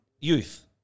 Youth